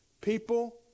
people